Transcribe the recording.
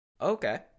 Okay